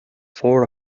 four